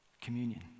Communion